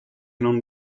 non